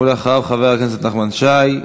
ואחריו, חבר הכנסת נחמן שי.